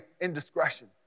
indiscretion